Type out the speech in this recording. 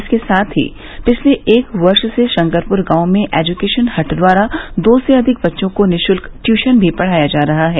इसके साथ ही पिछले एक वर्ष से शकरपुर गांव में एजुकेशन हट द्वारा दो से अधिक बच्चों को निशुल्क ट्यूशन भी पढ़ाया जा रहा है